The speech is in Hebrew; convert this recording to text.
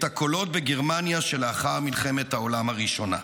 הקולות בגרמניה שלאחר מלחמת העולם הראשונה".